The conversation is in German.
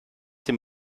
dem